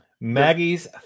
Maggie's